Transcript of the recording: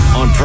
on